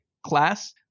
class